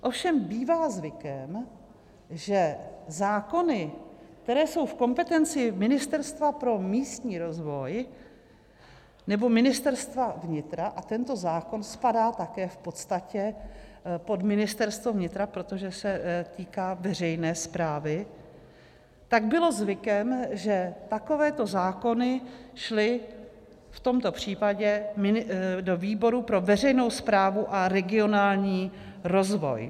Ovšem bývá zvykem, že zákony, které jsou v kompetenci Ministerstva pro místní rozvoj nebo Ministerstva vnitra a tento zákon spadá také v podstatě pod Ministerstvo vnitra, protože se týká veřejné správy tak bylo zvykem, že takovéto zákony šly v tomto případě do výboru pro veřejnou správu a regionální rozvoj.